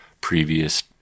previous